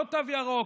לא תו ירוק,